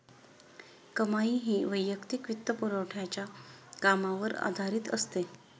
कमाई ही वैयक्तिक वित्तपुरवठ्याच्या कामावर आधारित असते